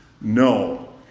no